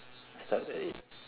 start at eight